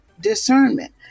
discernment